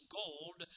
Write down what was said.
gold